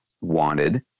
wanted